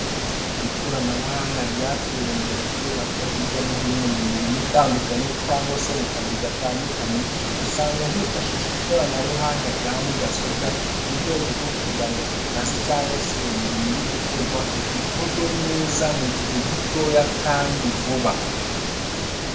Ikoranabuhanga ryateye imbere kubera ko hirya no hino mu mirimo itandukanye cyangwa se mu kazi gatandukanye, usanga hifashishwa ikoranabuhanga rya mudasobwa mu rwego rwo kugira ngo ako kazi cyangwa se iyo mirimo iri gukorwa ikorwe neza mu gihe gitoya kandi vuba.